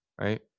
right